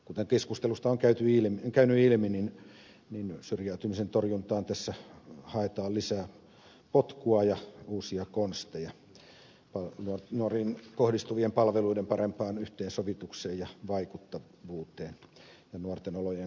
kuten keskustelusta on käynyt ilmi niin syrjäytymisen torjuntaan tässä haetaan lisää potkua ja uusia konsteja nuoriin kohdistuvien palveluiden parempaan yhteensovitukseen ja vaikuttavuuteen ja nuorten olojen kohentamiseen